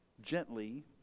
gently